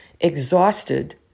exhausted